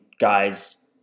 guys